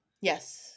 yes